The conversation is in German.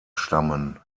stammen